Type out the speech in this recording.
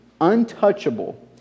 untouchable